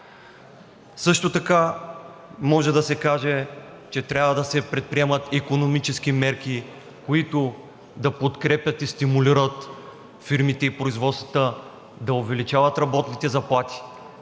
Също така може да се каже, че трябва да се предприемат икономически мерки, които да подкрепят и стимулират фирмите и производствата да увеличават работните заплати.